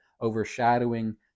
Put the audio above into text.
overshadowing